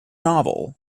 novel